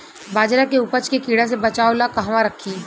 बाजरा के उपज के कीड़ा से बचाव ला कहवा रखीं?